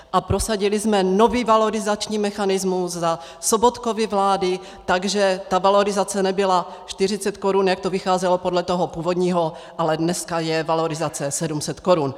A prosadili jsme nový valorizační mechanismus za Sobotkovy vlády, takže ta valorizace nebyla 40 korun, jak to vycházelo podle toho původního, ale dneska je valorizace 700 korun.